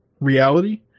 reality